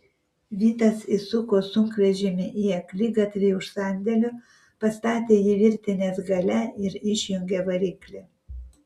vitas įsuko sunkvežimį į akligatvį už sandėlio pastatė jį virtinės gale ir išjungė variklį